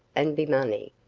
and beemunny.